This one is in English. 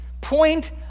point